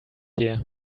here